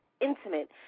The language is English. intimate